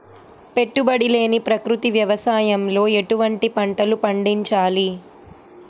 పెట్టుబడి లేని ప్రకృతి వ్యవసాయంలో ఎటువంటి పంటలు పండించాలి?